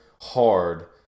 hard